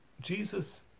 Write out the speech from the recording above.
Jesus